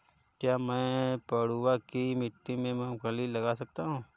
क्या मैं पडुआ की मिट्टी में मूँगफली लगा सकता हूँ?